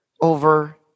over